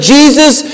Jesus